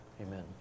amen